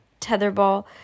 tetherball